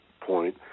point